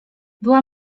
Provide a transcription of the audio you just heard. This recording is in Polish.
była